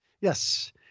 yes